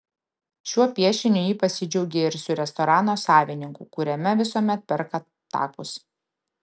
šiuo piešiniu ji pasidžiaugė ir su restorano savininku kuriame visuomet perka takus